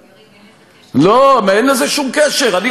יריב, אין לזה קשר, לא, אין לזה שום קשר.